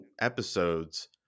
episodes